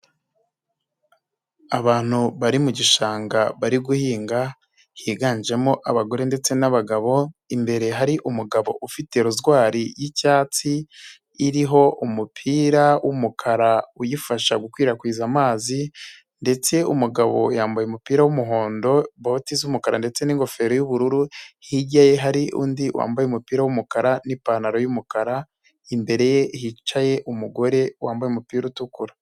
Abantu bari mu gishanga bari guhinga, higanjemo abagore ndetse n'abagabo, imbere hari umugabo ufite rozwari y'icyatsi, iriho umupira w'umukara uyifasha gukwirakwiza amazi ndetse umugabo yambaye umupira w'umuhondo, boti z'umukara ndetse n'ingofero y'ubururu, hirya ye hari undi wambaye umupira w'umukara n'ipantaro y'umukara, imbere ye hicaye umugore wambaye umupira utukura.